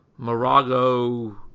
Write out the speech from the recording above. morago